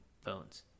phones